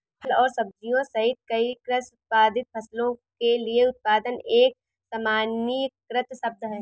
फल और सब्जियां सहित कई कृषि उत्पादित फसलों के लिए उत्पादन एक सामान्यीकृत शब्द है